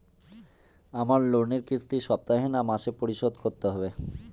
আমার লোনের কিস্তি সপ্তাহে না মাসে পরিশোধ করতে হবে?